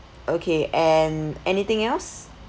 okay and anything else